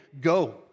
go